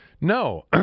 No